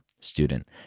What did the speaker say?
student